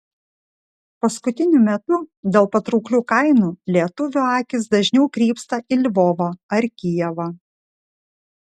paskutiniu metu dėl patrauklių kainų lietuvių akys dažniau krypsta į lvovą ar kijevą